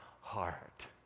heart